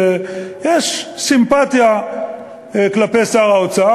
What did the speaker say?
שיש סימפתיה כלפי שר האוצר,